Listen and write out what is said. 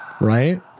right